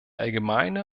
allgemeine